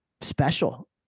special